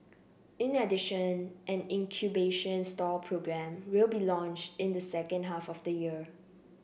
in addition an incubation stall programme will be launched in the second half of the year